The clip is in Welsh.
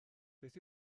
beth